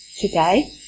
today